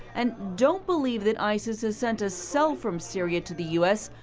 and don't believe that isis has sent a cell from syria to the u s,